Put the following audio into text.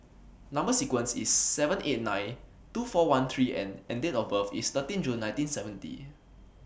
Number sequence IS T seven eight nine two four one three N and Date of birth IS thirteen June nineteen seventy